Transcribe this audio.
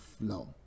flow